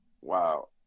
Wow